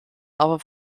aber